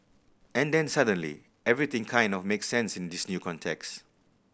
and then suddenly everything kind of makes sense in this new context